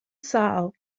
sâl